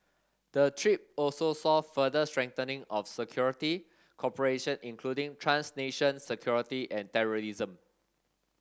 the trip also saw further strengthening of security cooperation including trans nation security and terrorism